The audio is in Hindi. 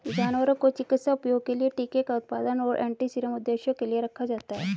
जानवरों को चिकित्सा उपयोग के लिए टीके का उत्पादन और एंटीसीरम उद्देश्यों के लिए रखा जाता है